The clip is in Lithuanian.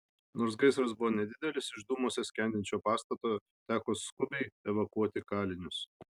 nors gaisras buvo nedidelis iš dūmuose skendinčio pastato teko skubiai evakuoti kalinius